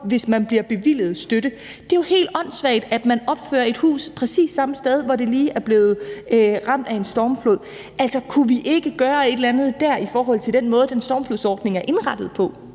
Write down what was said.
hvis man bliver bevilget støtte. Det er jo helt åndssvagt, at man opfører et hus præcis samme sted, hvor man lige er blevet ramt af en stormflod. Altså, kunne vi ikke gøre et eller andet dér i forhold til den måde, den stormflodsordning er indrettet på?